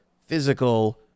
physical